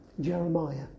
Jeremiah